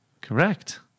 Correct